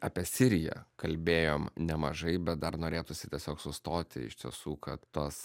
apie siriją kalbėjom nemažai bet dar norėtųsi tiesiog sustoti iš tiesų kad tos